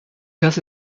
das